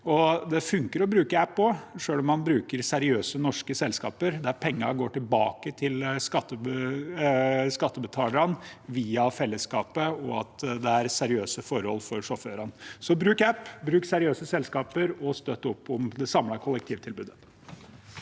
Det funker også å bruke app når man bruker seriøse norske selskaper, der pengene går tilbake til skattebetalerne via fellesskapet, og der det er seriøse forhold for sjåførene. Så bruk app, bruk seriøse selskaper og støtt opp om det samlede kollektivtilbudet!